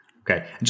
Okay